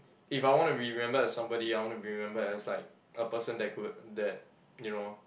if I want to be remembered as somebody I want to be remembered as like a person that could that you know